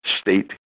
state